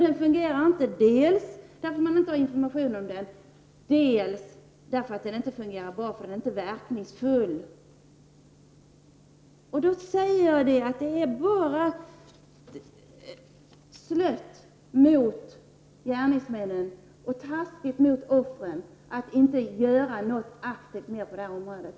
Lagen fungerar alltså inte dels på grund av att det saknas information om den, dels därför att den inte är verkningsfull. Jag upprepar att jag tycker att det är slött att man inte tar itu med gärningsmännen. Med tanke på offren är det dessutom dåligt att inte mera aktivt vidta åtgärder på området.